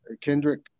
Kendrick